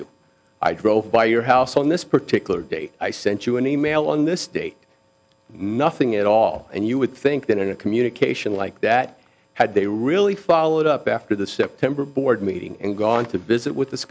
you i drove by your house on this particular day i sent you an e mail on this date nothing at all and you would think that in a communication like that had they really followed up after the september board meeting and gone to visit with the